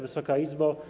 Wysoka Izbo!